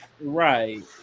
right